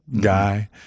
guy